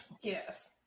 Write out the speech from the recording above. yes